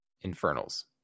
Infernals